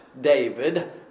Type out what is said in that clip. David